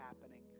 happening